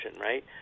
right